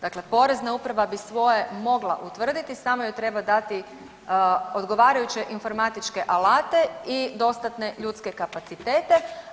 Dakle, Porezna uprava bi svoje mogla utvrditi samo joj treba dati odgovarajuće informatičke alate i dostatne ljudske kapacitete.